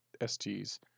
sgs